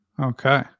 Okay